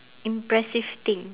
impressive thing